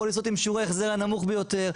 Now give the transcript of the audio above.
פוליסות עם שיעורי ההחזר הנמוך ביותר,